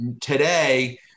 today